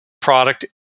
product